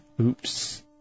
oops